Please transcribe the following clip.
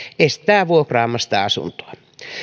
estää vuokraamasta asuntoa